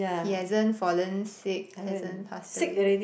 he hasn't fallen sick hasn't passed away